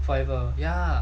forever ya